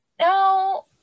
No